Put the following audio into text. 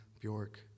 Bjork